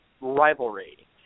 rivalry